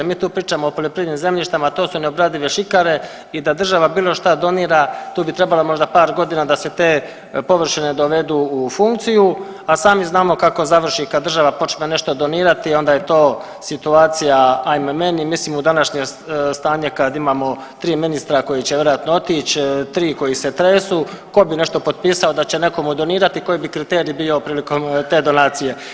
Mi tu pričamo o poljoprivrednim zemljištima, to su neobradive šikare i da država bilo šta donira tu bi trebalo možda par godina da se te površine dovedu u funkciju, a sami znamo kako završi kad država počne nešto donirati onda je to situacija ajme meni, mislim u današnje stanje kad imamo 3 ministra koji će vjerojatno otić, 3 koji se tresu, ko bi nešto potpisao da će nekome donirati, koji bi kriterij bio prilikom te donacije.